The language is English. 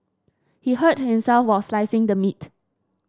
he hurt himself while slicing the meat